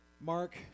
Mark